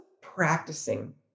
practicing